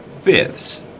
fifths